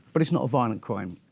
but it's not a violent crime.